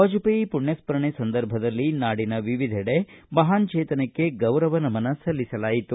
ವಾಜಪೇಯಿ ಮಣ್ಣಸ್ವರಣೆ ಸಂದರ್ಭದಲ್ಲಿ ನಾಡಿನ ವಿವಿಧೆಡೆ ಮಹಾನ್ ಚೇತನಕ್ಕೆ ಗೌರವ ನಮನ ಸಲ್ಲಿಸಲಾಯಿತು